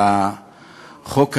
לחוק הזה.